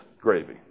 Gravy